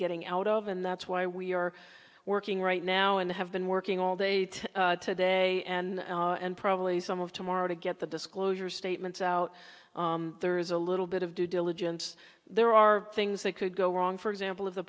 getting out of and that's why we are working right now and have been working all day today and and probably some of tomorrow to get the disclosure statements out there is a little bit of due diligence there are things that could go wrong for example of the